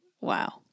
wow